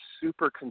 super